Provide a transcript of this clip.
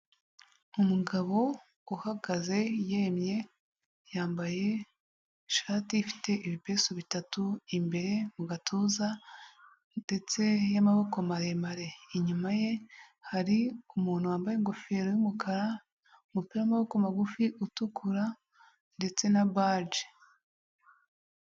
Umugabo uhagaze yemye, yambaye ishati ifite ibipesu bitatu imbere mu gatuza, ndetse y'amaboko maremare, inyuma ye hari umuntu wambaye ingofero y'umukara umupira w'amaboko magufi utukura, ndetse na baji.